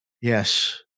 yes